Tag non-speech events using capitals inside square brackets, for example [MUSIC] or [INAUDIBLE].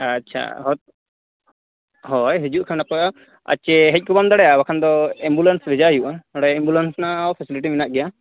ᱟᱪᱪᱷᱟ [UNINTELLIGIBLE] ᱦᱳᱭ ᱦᱤᱡᱩᱜ ᱠᱷᱟᱱ ᱱᱟᱯᱟᱭᱚᱜᱼᱟ ᱟᱨ ᱥᱮ ᱦᱮᱡ ᱠᱚ ᱵᱟᱢ ᱫᱟᱲᱮᱭᱟᱜᱼᱟ ᱵᱟᱠᱷᱟᱱ ᱫᱚ ᱮᱢᱵᱩᱞᱮᱱᱥ ᱵᱷᱮᱡᱟᱭ ᱦᱩᱭᱩᱜᱼᱟ ᱱᱚᱸᱰᱮ ᱮᱢᱵᱩᱞᱮᱱᱥ ᱨᱮᱱᱟᱜ ᱦᱚᱸ ᱯᱷᱮᱥᱮᱞᱤᱴᱤ ᱢᱮᱱᱟᱜ ᱜᱮᱭᱟ